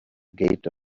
gate